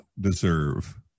deserve